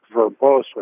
verbose